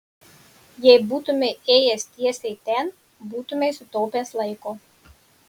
jei būtumei ėjęs tiesiai ten būtumei sutaupęs laiko